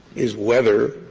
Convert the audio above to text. is whether